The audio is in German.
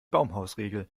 baumhausregel